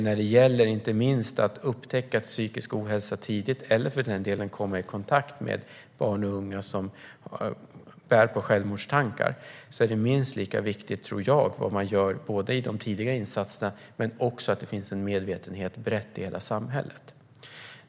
När det gäller att upptäcka psykisk ohälsa tidigt, eller att komma i kontakt med barn och unga som bär på självmordstankar, är det minst lika viktigt, tror jag, vad man gör i de tidiga insatserna men även att det finns en bred medvetenhet i hela samhället.